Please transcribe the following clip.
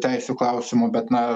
teisių klausimu bet na